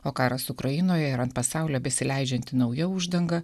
o karas ukrainoje ir ant pasaulio besileidžianti nauja uždanga